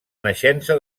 naixença